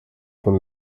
von